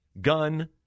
gun